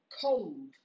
Cold